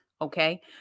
okay